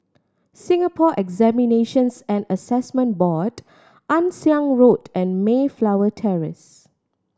Singapore Examinations and Assessment Board Ann Siang Road and Mayflower Terrace